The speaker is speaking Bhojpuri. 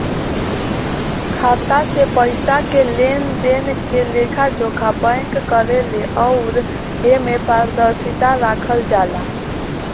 खाता से पइसा के लेनदेन के लेखा जोखा बैंक करेले अउर एमे पारदर्शिता राखल जाला